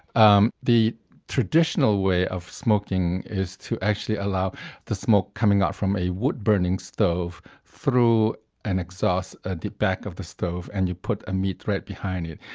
um the traditional way of smoking is to actually allow the smoke coming out from a wood-burning stove through an exhaust at the back of the stove. and you put a meat right behind it.